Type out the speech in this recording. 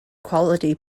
quality